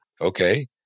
okay